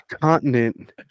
continent